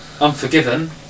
Unforgiven